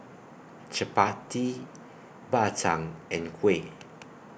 Chappati Bak Chang and Kuih